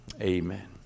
Amen